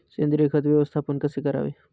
सेंद्रिय खत व्यवस्थापन कसे करावे?